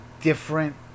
different